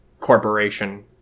Corporation